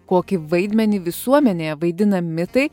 kokį vaidmenį visuomenėje vaidina mitai